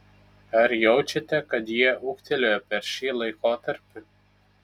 ar jaučiate kad jie ūgtelėjo per šį laikotarpį